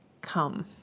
come